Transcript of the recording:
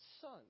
Son